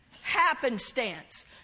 happenstance